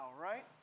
right